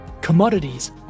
commodities